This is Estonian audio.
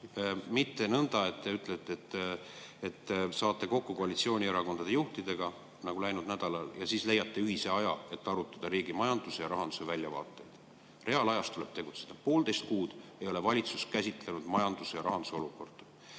Mitte nõnda, et te ütlete, et saate kokku koalitsioonierakondade juhtidega – nagu läinud nädalal oli – ja siis leiate ühise aja, et arutada riigi majanduse ja rahanduse väljavaateid. Reaalajas tuleb tegutseda! Poolteist kuud ei ole valitsus käsitlenud majanduse ja rahanduse olukorda.